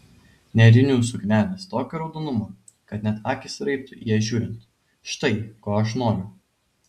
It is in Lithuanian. nėrinių suknelės tokio raudonumo kad net akys raibtų į ją žiūrint štai ko aš noriu